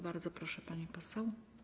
Bardzo proszę, pani poseł.